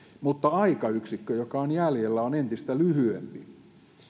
mutta aikayksikkö joka on jäljellä on entistä lyhyempi